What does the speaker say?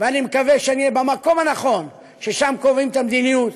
ואני מקווה שאני אהיה במקום הנכון ששם קובעים את המדיניות,